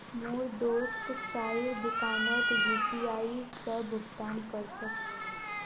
मोर दोस्त चाइर दुकानोत यू.पी.आई स भुक्तान कर छेक